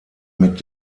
mit